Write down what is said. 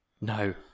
No